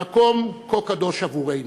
במקום כה קדוש עבורנו.